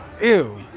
ew